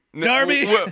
Darby